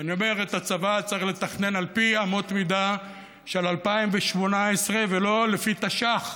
ואני אומר: את הצבא צריך לתכנן על פי אמות מידה של 2018 ולא לפי תש"ח.